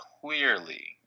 clearly